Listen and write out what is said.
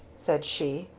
said she.